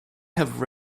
have